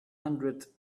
hundred